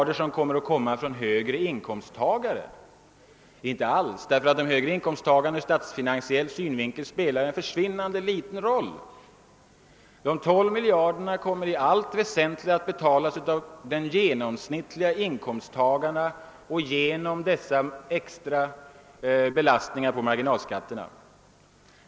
Den högre inkomsttagaren spelar ur statsfinansiell synvinkel en försvinnande liten roll. Nej, de 12 miljarderna kommer i allt väsentligt att betalas av den genomsnittlige inkomsttagaren genom dessa extra belastningar på marginalskattesidan.